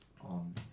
on